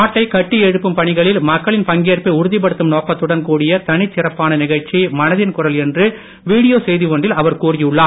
நாட்டை கட்டி எழுப்பும் பணிகளில் மக்களின் பங்கேற்பை உறுதிபடுத்தும் நோக்கத்துடன் கூடிய தனிச்சிறப்பான நிகழ்ச்சி மனதின் குரல் என்று வீடியோ செய்தி ஒன்றில் அவர் கூறியுள்ளார்